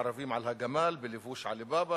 הערבים על הגמל בלבוש עלי בבא.